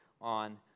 on